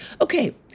Okay